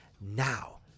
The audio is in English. now